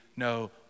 No